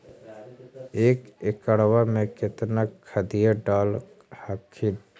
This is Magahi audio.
एक एकड़बा मे कितना खदिया डाल हखिन?